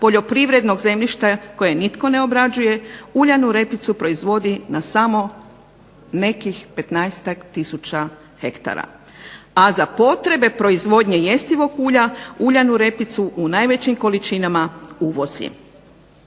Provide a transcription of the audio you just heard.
poljoprivrednog zemljišta koje nitko ne obrađuje uljanu repicu proizvodi na samo nekih 15-ak tisuća hektara. A za potrebe proizvodnje jestivog ulja uljanu repicu u najvećim količinama uvozi.